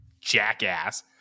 jackass